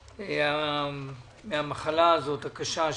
מהמחלה הקשה הזאת.